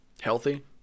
healthy